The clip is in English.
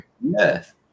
Yes